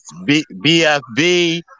BFB